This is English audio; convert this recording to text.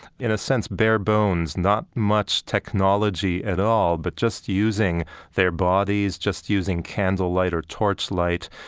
in a sense, bare bones, not much technology at all, but just using their bodies, just using candlelight or torchlight,